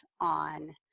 on